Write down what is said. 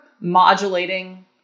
modulating